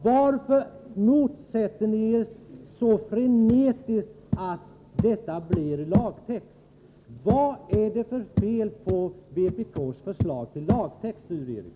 Varför motsätter ni er så frenetiskt att detta blir lagtext? Vad är det för fel på vpk:s förslag till lagtext, Sture Ericson?